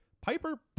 Piper